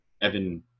Evan –